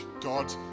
God